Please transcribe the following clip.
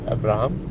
Abraham